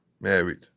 married